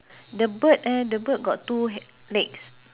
the bird eh the bird got two h~ legs